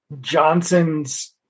Johnson's